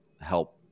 help